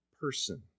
person